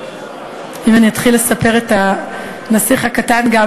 אם אני אתחיל לספר את "הנסיך הקטן" גם